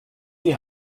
die